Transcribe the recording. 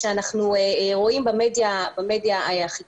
כאשר אנחנו רואים במדיה החיצונית,